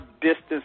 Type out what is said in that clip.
distance